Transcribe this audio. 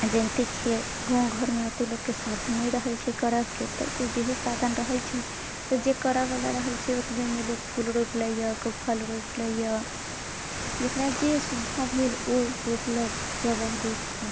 आ जनिते छियै गाँव घरमे ओतेक लोककेँ साधन नहि रहैत छै करऽ के तऽजेहे साधन रहैत छै तऽ जे करऽ बला रहैत छै ओतबेमे लोक फूल रोपि लै यऽ कोइ फल रोपि लै यऽ जेकरा जे सुविधा भेल ओ रोपलक जगह देखि कऽ